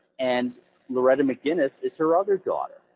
and loretta mcginnes is her other daughter.